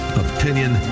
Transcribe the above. opinion